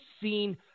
seen